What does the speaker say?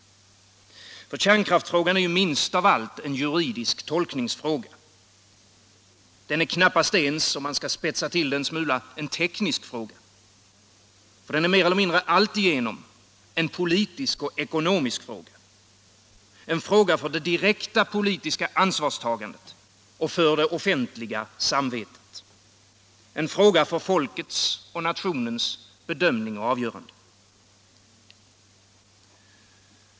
Kärnkraftsfrågan är minst av allt en juridisk tolkningsfråga. Den är knappast ens - om man spetsar till det en smula — en teknisk fråga. Den är mer eller mindre alltigenom Nr 107 en politisk och ekonomisk fråga, en fråga för det direkta politiska ansvarstagandet och för det offentliga samvetet, en fråga för folkets och nationens bedömning och avgörande.